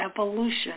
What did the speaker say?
evolution